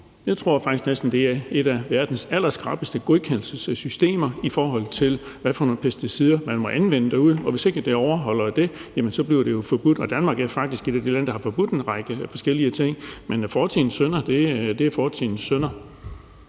jeg næsten faktisk tror er et af verdens allerskrappeste godkendelsessystemer, i forhold til hvad for nogle pesticider man må anvende derude. Og hvis ikke man overholder det, bliver det jo forbudt. Danmark er faktisk et af de lande, der har forbudt en række forskellige ting. Men fortidens synder er fortidens synder.